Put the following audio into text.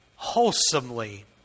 wholesomely